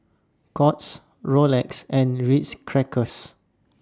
Courts Rolex and Ritz Crackers